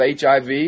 HIV